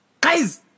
Guys